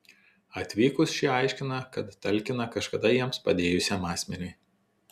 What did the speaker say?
atvykus šie aiškina kad talkina kažkada jiems padėjusiam asmeniui